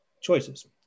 choices